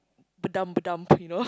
badum badum you know